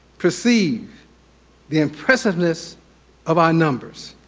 perceive the impressiveness of our numbers,